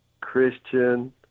Christian